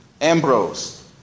Ambrose